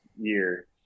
year